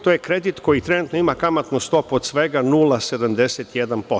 To je kredit koji trenutno ima kamatnu stopu od svega 0,71%